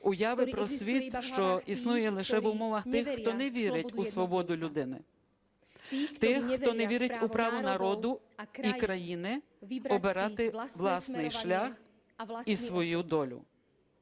уяви про світ, що існує лише в умовах тих, хто не вірить у свободу людини, тих, хто не вірить у право народу і країни обирати власний шлях і свою долю,